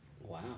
Wow